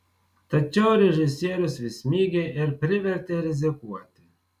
tačiau režisierius vis mygė ir privertė rizikuoti